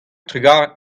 trugarez